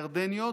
ירדניות,